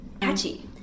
catchy